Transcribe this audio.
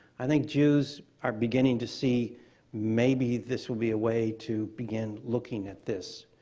i think jews are beginning to see maybe this will be a way to begin looking at this.